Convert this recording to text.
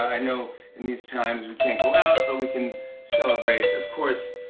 i know in these times, we can't go out, but we can celebrate. of course,